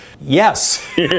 Yes